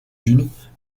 unes